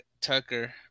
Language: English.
Tucker